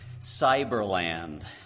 Cyberland